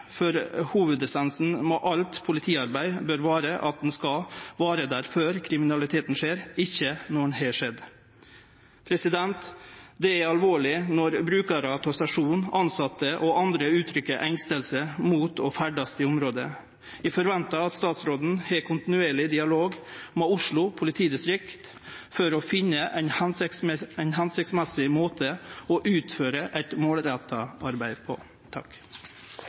for hovudessensen i alt politiarbeid bør vere at ein skal vere der før kriminaliteten skjer − ikkje når han har skjedd. Det er alvorleg når brukarar av stasjonen, tilsette og andre gjev uttrykk for at dei er engstelege for å ferdast i området. Eg forventar at statsråden har ein kontinuerleg dialog med Oslo politidistrikt for å finne ein føremålstenleg måte å utføre eit målretta arbeid på.